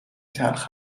تلخ